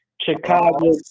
Chicago